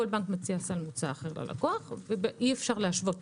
כל בנק מציע סל מוצע אחר ללקוח, וקשה להשוות.